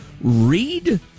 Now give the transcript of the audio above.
read